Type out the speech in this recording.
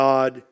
God